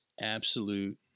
absolute